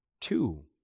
two